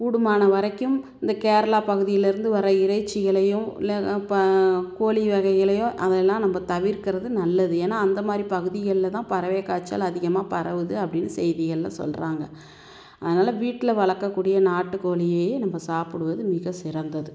கூடுமான வரைக்கும் இந்த கேரளா பகுதியிலருந்து வர்ற இறைச்சிகளையும் இல்லை இப்போ கோழி வகைகளையோ அதெல்லாம் நம்ம தவிர்கிறது நல்லது ஏன்னா அந்த மாதிரி பகுதிகளில் தான் பறவை காச்சல் அதிகமாக பரவுது அப்படின்னு செய்திகளில் சொல்கிறாங்க அதனால் வீட்டில் வளக்கக்கூடிய நாட்டுக்கோழியயே நம்ம சாப்புடுவது மிக சிறந்தது